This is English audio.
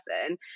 person